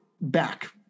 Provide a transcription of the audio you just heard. back